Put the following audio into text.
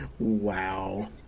wow